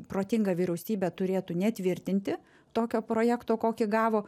protinga vyriausybė turėtų netvirtinti tokio projekto kokį gavo